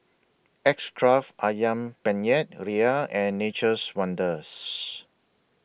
X Craft Ayam Penyet Ria and Nature's Wonders